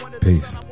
Peace